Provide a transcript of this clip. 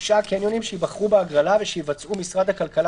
תשעה קניונים שייבחרו בהגרלה שיבצעו משרד הכלכלה